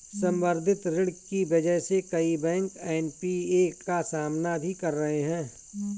संवर्धित ऋण की वजह से कई बैंक एन.पी.ए का सामना भी कर रहे हैं